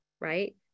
right